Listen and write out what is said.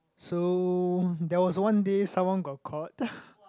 so there was one day someone got caught